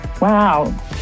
Wow